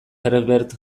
herbert